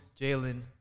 Jalen